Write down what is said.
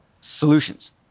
solutions